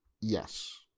Yes